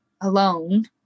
alone